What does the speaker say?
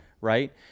right